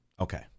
Okay